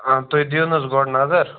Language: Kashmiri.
آ تُہۍ دِیو نا حظ گۄڈٕ نظر